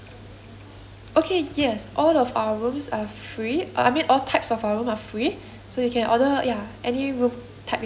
okay yes all of our rooms are free uh I mean all types of our room are free so you can order ya any room type that you want